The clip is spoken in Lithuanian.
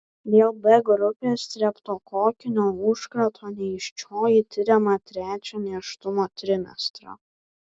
dėl b grupės streptokokinio užkrato nėščioji tiriama trečią nėštumo trimestrą